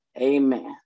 Amen